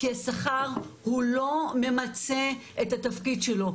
כי השכר הוא לא ממצה את התפקיד שלו.